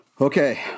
Okay